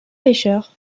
pêcheur